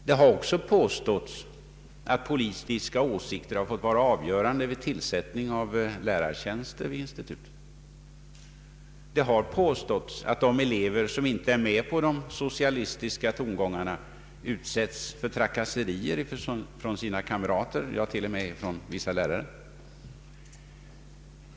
Det har även påståtts att politiska åsikter fått vara avgörande för tillsättningen av lärartjänster vid institutet. Det har påståtts att elever som inte är med på de socialistiska tongångarna utsätts för trakasserier från sina kamrater, ja, t.o.m. från vissa lärare.